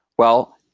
well,